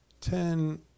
ten